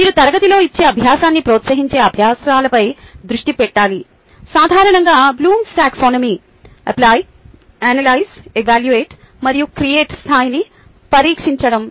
మీరు తరగతిలో ఇచ్చే అభ్యాసాన్ని ప్రోత్సహించే అభ్యాసాలపై దృష్టి పెట్టాలి సాధారణంగా Bloom's taxonomy apply analyse evaluate మరియు క్రియేట్ స్థాయిని పరీక్షించడం